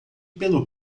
pelo